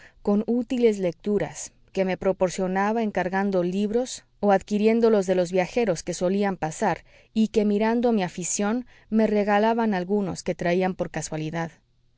con útiles lecturas que me proporcionaba encargando libros o adquiriéndolos de los viajeros que solían pasar y que mirando mi afición me regalaban algunos que traían por casualidad